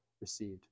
received